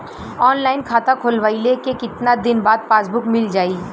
Online खाता खोलवईले के कितना दिन बाद पासबुक मील जाई?